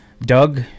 Doug